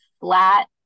flat